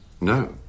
No